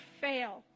fail